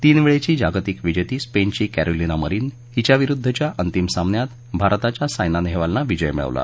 तीनवेळची जागतिक विजेती स्पेनची कॅरोलिना मरीन हिच्याविरुद्धच्या अंतिम सामन्यात भारताच्या सायना नेहवालनं विजय मिळवला